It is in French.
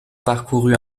parcourut